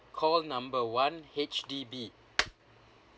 call number one H_D_B